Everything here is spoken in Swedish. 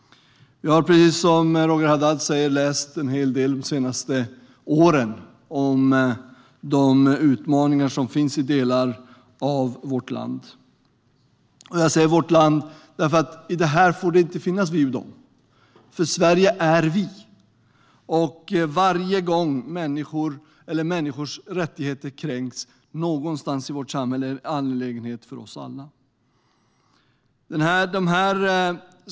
Jag har precis som Roger Haddad läst en hel del de senaste åren om de utmaningar som finns i delar av vårt land. Jag säger "vårt land", för här får det inte finnas vi och de. Sverige är vi, och varje gång människors rättigheter kränks någonstans i vårt samhälle är det en angelägenhet för oss alla.